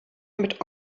mit